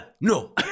no